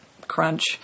crunch